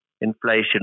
inflation